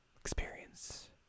Experience